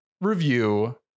review